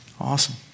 awesome